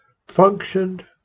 functioned